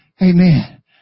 Amen